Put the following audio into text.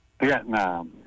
Vietnam